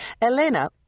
Elena